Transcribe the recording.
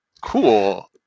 cool